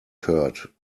curd